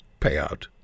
payout